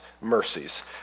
mercies